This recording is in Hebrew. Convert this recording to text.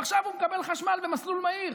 עכשיו הוא מקבל חשמל במסלול מהיר.